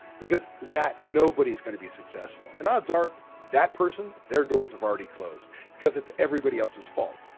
because that nobody is going to be successful. and odds are that person, their doors have already closed because it's everybody else's fault.